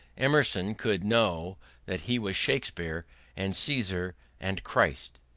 emerson could know that he was shakespeare and caesar and christ.